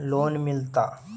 Loan मिलता?